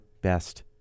best